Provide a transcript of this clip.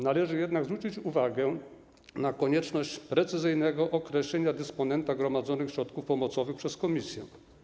Należy jednak zwrócić uwagę na konieczność precyzyjnego określenia dysponenta gromadzonych środków pomocowych przez Komisję.